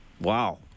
Wow